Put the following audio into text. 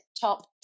top